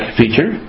feature